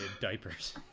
diapers